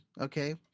okay